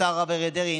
השר הרב אריה דרעי,